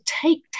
take